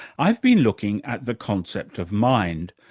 i've been looking at the concept of mind,